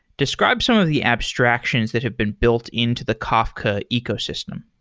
describes some of the abstractions that have been built into the kafka ecosystem.